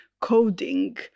coding